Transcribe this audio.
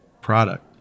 product